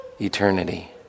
Eternity